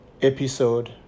episode